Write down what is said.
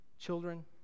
children